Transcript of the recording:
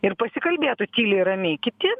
ir pasikalbėtų tyliai ramiai kiti